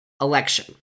election